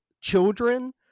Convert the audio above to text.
children